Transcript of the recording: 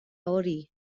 hori